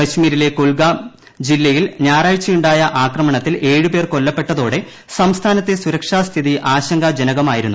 കശ്മീരിലെ കുൽഗാം ജില്ലയിൽ ഞായറാഴ്ചയുണ്ടായ ആക്രമണത്തിൽ ഏഴ് പേർ കൊല്ലപ്പെട്ടതോടെ സംസ്ഥാനത്തെ സുരക്ഷാസ്ഥിതി ആശങ്കാജനകമായിരുന്നു